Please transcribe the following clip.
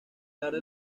tarde